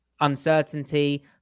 uncertainty